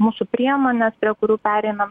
mūsų priemonės prie kurių pereinam